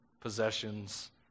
possessions